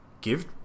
give